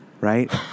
right